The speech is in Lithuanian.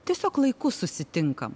tiesiog laiku susitinkam